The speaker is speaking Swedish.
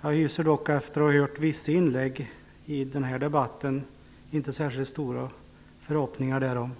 Jag hyser dock efter att ha hört vissa inlägg i den här debatten inte särskilt stora förhoppningar därom.